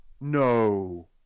no